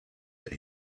that